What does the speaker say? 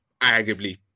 arguably